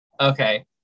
Okay